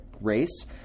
race